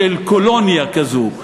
של קולוניה כזו,